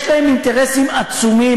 יש להם אינטרסים עצומים,